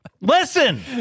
Listen